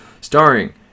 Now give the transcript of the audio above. starring